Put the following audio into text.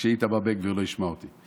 רק שאיתמר בן גביר לא ישמע אותי.